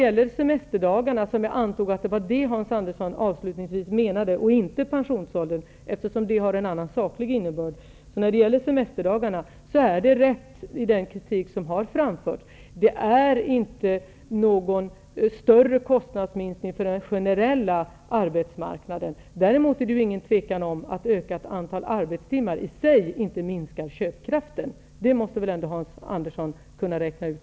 Jag antar att Hans Andersson avslutningsvis menade semesterdagarna och inte pensionsåldern -- eftersom den har en annan saklig innebörd. I den kritik som framförts är det rätt att det inte är någon större kostnadsminskning för den generella arbetsmarknaden. Däremot råder det inget tvivel om att ett ökat antal arbetstimmar i sig inte minskar köpkraften. Det måste väl Hans Andersson också kunna räkna ut.